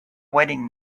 wedding